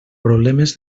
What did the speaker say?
problemes